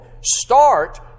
Start